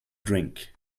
drink